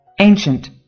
Ancient